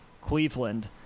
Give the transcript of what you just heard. Cleveland